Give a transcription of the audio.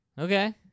okay